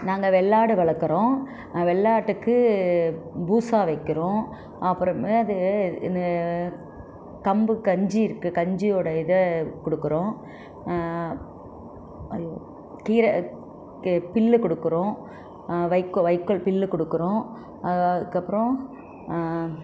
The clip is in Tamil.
நாங்கள் வெள்ளாடு வளர்க்கறோம் வெள்ளாட்டுக்கு பூஸா வைக்கிறோம் அப்புற மேது இன்னு கம்பு கஞ்சி இருக்கு கஞ்சியோட இதை கொடுக்கறோம் அய்யோ கீரை தெ பில்லு கொடுக்கறோம் வைக்கோல் வைக்கோல் பில்லு கொடுக்கறோம் அதா அதுக்கப்புறோம்